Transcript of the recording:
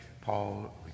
Paul